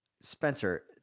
Spencer